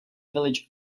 village